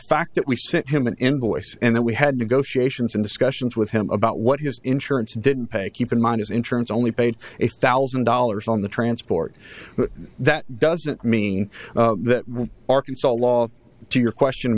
fact that we sent him an invoice and that we had negotiations and discussions with him about what his insurance didn't pay keep in mind as insurance only paid a thousand dollars on the transport that doesn't mean that arkansas law to your question a